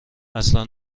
اصلا